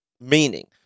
meaning